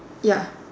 ya